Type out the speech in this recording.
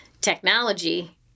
technology